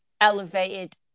elevated